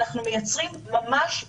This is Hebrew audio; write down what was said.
כולנו מסכימים שכרגע חזרנו למצב שבו